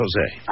Jose